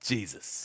Jesus